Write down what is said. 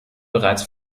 bereits